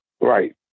Right